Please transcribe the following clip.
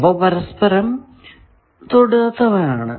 അവ പരസ്പരം തൊടാത്തവ ആണ്